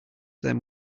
them